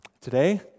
Today